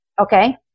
Okay